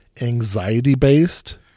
anxiety-based